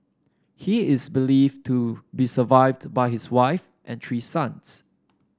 he is believed to be survived by his wife and three sons